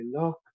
look